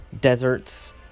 Deserts